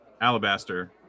Alabaster